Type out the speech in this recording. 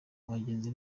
abagenzi